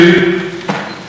מתדיינים,